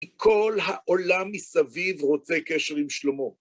כל העולם מסביב רוצה קשר עם שלמה.